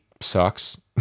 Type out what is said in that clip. sucks